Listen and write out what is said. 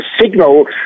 signal